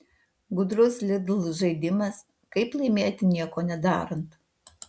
gudrus lidl žaidimas kaip laimėti nieko nedarant